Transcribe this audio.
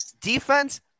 Defense